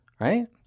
Right